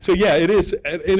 so yeah, it is, and